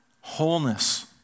wholeness